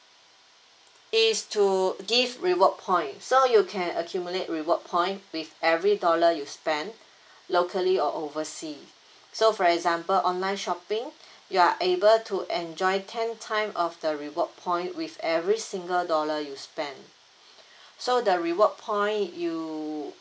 is to give reward point so you can accumulate reward point with every dollar you spend locally or overseas so for example online shopping you are able to enjoy ten time of the reward point with every single dollar you spend so the reward point you